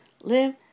live